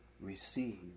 receive